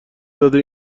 داده